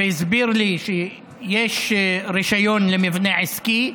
והוא הסביר לי שיש רישיון למבנה עסקי,